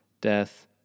death